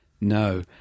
No